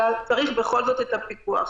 אלא צריך בכל זאת את הפיקוח.